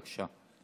בבקשה,